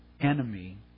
enemy